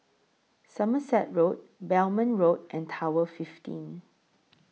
Somerset Road Belmont Road and Tower fifteen